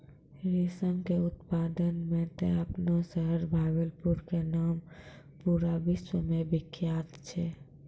रेशम के उत्पादन मॅ त आपनो शहर भागलपुर के नाम पूरा विश्व मॅ विख्यात छै